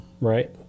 Right